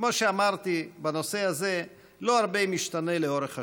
כמו שאמרתי, בנושא הזה לא הרבה משתנה לאורך השנים.